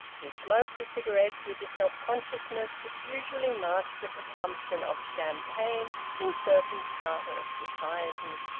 he smoked a cigarette with the self-consciousness which usually marks the consumption of champagne in certain strata of society.